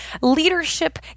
leadership